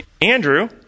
Andrew